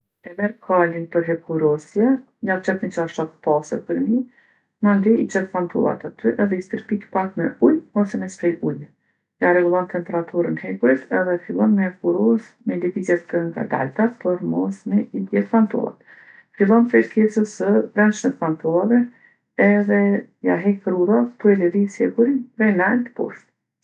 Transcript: E merr kalin për hekurosje, ja qet ni çarshaf t'pastërt përmi, mandej i qet pantollat aty edhe i stërpikë pak me ujë ose me sprej uji. Ja rregullon temperaturën hekurit edhe fillon me hekurosë me lëvizje të ngadalta për mos me i djegë pantollat. Fillon prej pjesës së brendshme t'pantollave edhe ja hekë rrudhat tu e lëvizë hekurin prej naltë poshtë.